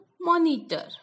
monitor